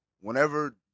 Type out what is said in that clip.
whenever